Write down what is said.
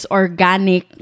organic